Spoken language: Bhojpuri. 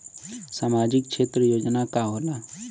सामाजिक क्षेत्र योजना का होला?